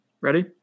Ready